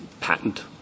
patent